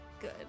good